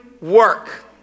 Work